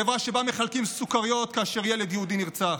חברה שבה מחלקים סוכריות כאשר ילד יהודי נרצח.